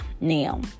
Now